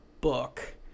book